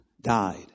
died